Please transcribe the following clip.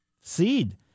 seed